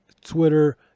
twitter